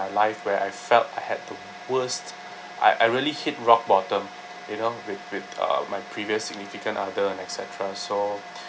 my life where I felt I had the worst I I really hit rock bottom you know with with uh my previous significant other and etcetera so